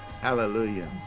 hallelujah